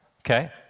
okay